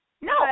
No